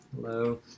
Hello